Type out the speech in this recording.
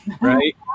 right